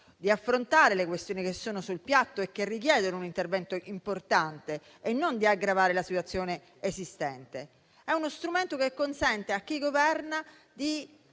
di affrontare le questioni che sono sul piatto e che richiedono un intervento importante e non di aggravare la situazione esistente. È uno strumento che consente a chi governa di